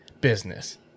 business